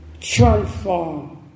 Transform